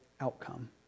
outcome